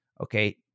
Okay